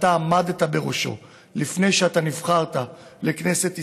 שאתה עמדת בראש הוועדה לפני שאתה נבחרת לכנסת ישראל.